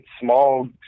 small